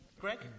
Greg